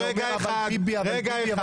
אבל ביבי, אבל ביבי.